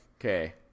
Okay